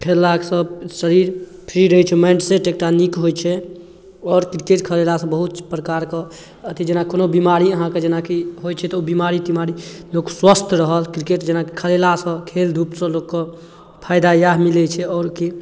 खेललासँ शरीर फ्री रहै छै माइंड सेट एकटा नीक होइ छै आओर क्रिकेट खेलेलासँ बहुत प्रकारके अथी जेना कि कोनो बीमारी अहाँके जेना कि होइ छै तऽ ओ बीमारी तिमारी लोक स्वस्थ रहल क्रिकेट जेना खेलेलासँ खेल धूपसँ लोकके फायदा इएहे मिलै छै आओर की